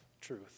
truth